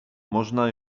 można